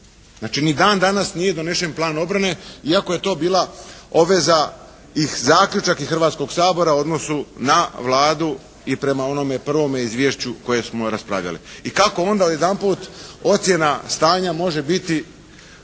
ali ni dan danas nije donesen plan obrane iako je to bila obveza i zaključak Hrvatskog sabora u odnosu na Vladu i prema onome prvome izvješću koje smo raspravljali. I kako onda odjedanput ocjena stanja može biti,